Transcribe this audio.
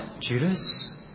Judas